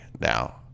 now